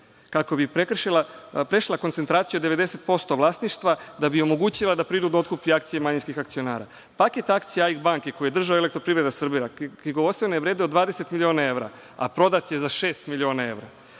kako bi prešla koncentraciju od 90% vlasništva da bi omogućila da prinudno otkupi akcije manjinskih akcionara. Paket akcija „AIK banke“ koju je držala Elektroprivrede Srbije, knjigovodstveno je vredela 20 miliona evra, a prodat je za šest miliona evra.